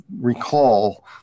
recall